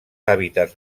hàbitats